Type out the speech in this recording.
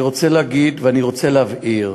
אני רוצה להגיד ואני רוצה להבהיר: